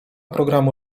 programu